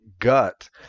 Gut